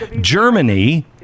Germany